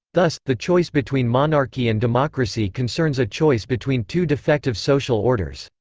thus, the choice between monarchy and democracy concerns a choice between two defective social orders.